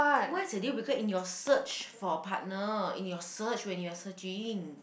what's a deal breaker in your search for a partner in your search when you are searching